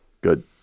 Good